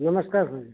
नमस्कार